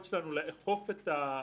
אנחנו נתקלים בקושי.